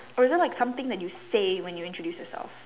or is it like something that you say when you introduce yourself